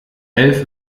elf